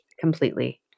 completely